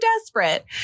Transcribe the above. desperate